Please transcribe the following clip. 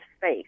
face